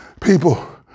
people